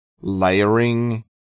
layering